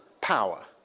power